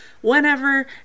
whenever